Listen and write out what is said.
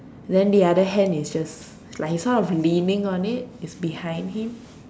then the other hand is just like he's sort of leaning on it it's behind him